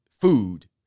food